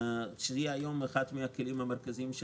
שהיא היום אחד מן הכלים המרכזיים של